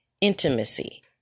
intimacy